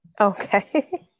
Okay